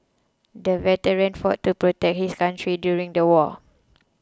the veteran fought to protect his country during the war